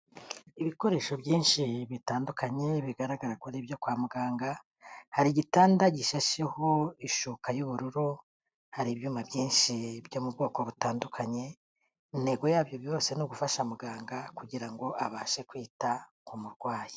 Ibikoresho byinshi bitandukanye bigaragara ko ari ibyo kwa muganga, hari igitanda gishasheho ishuka y'ubururu, hari ibyuma byinshi byo mu bwoko butandukanye, intego yabyo byose ni ugufasha muganga kugira ngo abashe kwita ku murwayi.